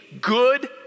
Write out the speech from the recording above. good